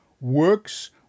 works